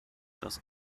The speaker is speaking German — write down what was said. dass